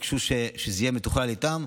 ביקשו שזה יהיה מתוכלל איתם.